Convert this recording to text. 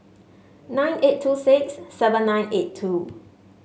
nine eight two six seven nine eight two